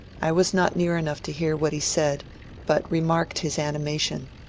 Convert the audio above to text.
i was not near enough to hear what he said but remarked his animation,